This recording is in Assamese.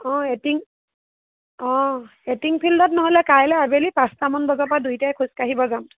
অঁ এটিং অঁ এটিং ফিল্ডত নহ'লে কাইলৈ আবেলি পাঁচটামান বজাৰ পৰা দুয়োটাই খোজ কাঢ়িব যাম